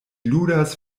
ludas